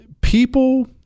people